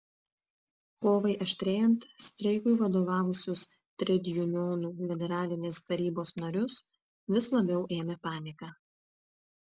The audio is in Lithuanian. kovai aštrėjant streikui vadovavusius tredjunionų generalinės tarybos narius vis labiau ėmė panika